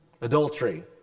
Adultery